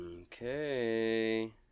Okay